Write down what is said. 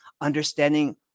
understanding